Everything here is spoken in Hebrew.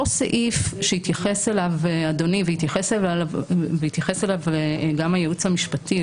אותו סעיף שהתייחס אליו אדוני והתייחס אליו גם הייעוץ המשפטי,